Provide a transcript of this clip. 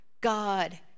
God